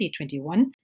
2021